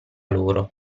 loro